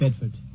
Bedford